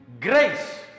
grace